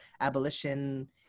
abolition